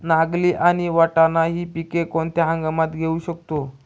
नागली आणि वाटाणा हि पिके कोणत्या हंगामात घेऊ शकतो?